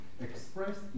expressed